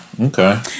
okay